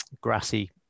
grassy